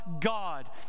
God